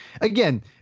again